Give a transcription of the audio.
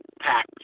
pack